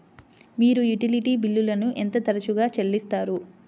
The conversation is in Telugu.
మీరు యుటిలిటీ బిల్లులను ఎంత తరచుగా చెల్లిస్తారు?